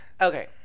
Okay